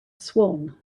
swan